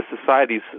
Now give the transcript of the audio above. Society's